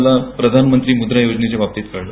मला प्रधानमध्यी मुद्रा योजनेच्या बाबतीत कळले